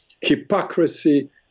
hypocrisy